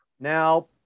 Now